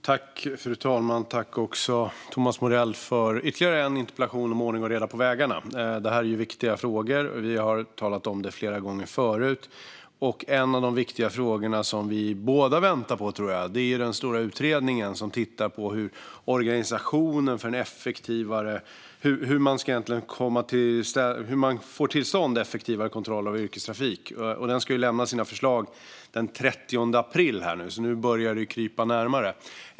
Fru talman! Tack, Thomas Morell, för ytterligare en interpellation om ordning och reda på vägarna! Det är viktiga frågor, och vi har talat om det flera gånger förut. En viktig sak som vi båda, tror jag, väntar på är den stora utredning som tittar på hur man ska få till stånd effektivare kontroll av yrkestrafik. Den ska lämna sina förslag den 30 april. Det börjar alltså krypa närmare.